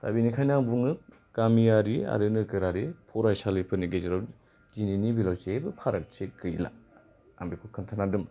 दा बेनिखायनो आं बुङो गामियारि आरो नोगोरारि फरायसालिफोरनि गेजेराव दिनैनि बेलायाव जेबो फारागथि गैला आं बेखौ खोन्थानानै दोनबाय